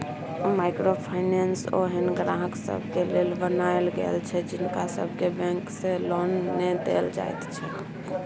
micro finance ओहेन ग्राहक सबके लेल बनायल गेल छै जिनका सबके बैंक से लोन नै देल जाइत छै